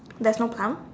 there's no plum